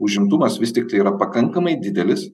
užimtumas vis tiktai yra pakankamai didelis